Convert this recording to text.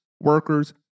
workers